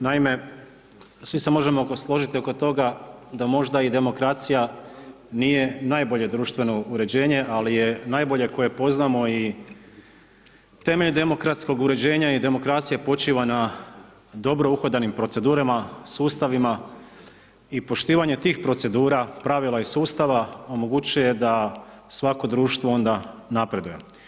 Naime, svi se možemo složiti oko toga da možda i demokracija nije najbolje društveno uređenje ali je najbolje koje poznamo i temeljem demokratskog uređenja i demokracije počiva na dobro uhodanim procedurama, sustavima i poštivanje tih procedura, pravila i sustava, omogućuje da svako društvo onda napreduje.